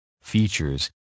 Features